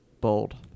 bold